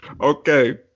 Okay